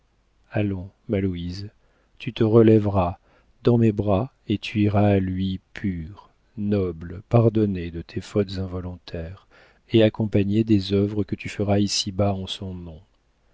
ma louise tu te relèveras dans mes bras et tu iras à lui pure noble pardonnée de tes fautes involontaires et accompagnée des œuvres que tu feras ici-bas en son nom